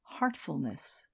Heartfulness